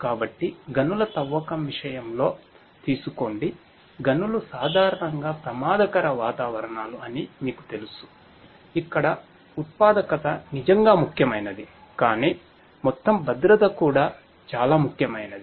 కాబట్టి గనుల తవ్వకం విషయంలో తీసుకోండి గనులు సాధారణంగా ప్రమాదకర వాతావరణాలు అని మీకు తెలుసు ఇక్కడ ఉత్పాదకత నిజంగా ముఖ్యమైనది కానీ మొత్తం భద్రత కూడా చాలా ముఖ్యమైనది